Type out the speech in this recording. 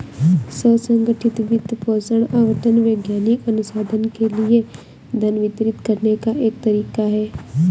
स्व संगठित वित्त पोषण आवंटन वैज्ञानिक अनुसंधान के लिए धन वितरित करने का एक तरीका हैं